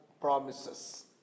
promises